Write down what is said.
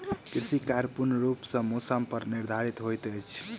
कृषि कार्य पूर्ण रूप सँ मौसम पर निर्धारित होइत अछि